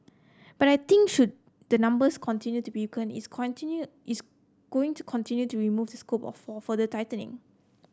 but I think should the numbers continue to weaken it's continue it's going to continue to remove the scope for further tightening